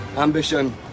Ambition